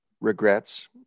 regrets